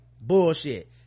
bullshit